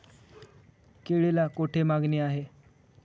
केळीला कोठे मागणी आहे?